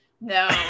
No